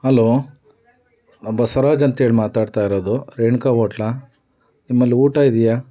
hello Basavraj ಅಂತ ಹೇಳಿ ಮಾತಾಡ್ತಾ ಇರೋದು ರೇಣುಕಾ ಓಟ್ಲಾ ನಿಮ್ಮಲ್ಲಿ ಊಟ ಇದೆಯಾ